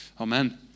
Amen